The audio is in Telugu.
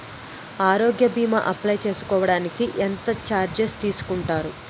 ఆరోగ్య భీమా అప్లయ్ చేసుకోడానికి ఎంత చార్జెస్ తీసుకుంటారు?